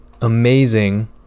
amazing